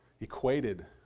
equated